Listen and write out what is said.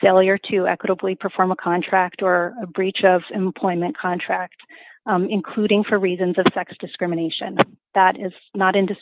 failure to equitably perform a contract or a breach of employment contract including for reasons of sex discrimination that is not in